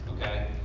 okay